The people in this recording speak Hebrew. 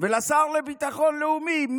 ולשר לביטחון לאומי,